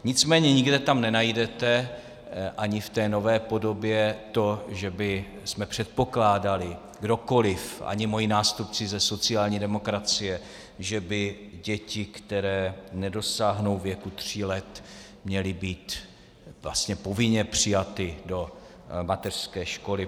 Nicméně nikde tam nenajdete ani v té nové podobě to, že bychom předpokládali kdokoliv, ani moji nástupci ze sociální demokracie že by děti, které nedosáhnou věku tří let, měly být povinně přijaty do mateřské školy.